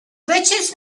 richest